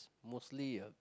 mostly ah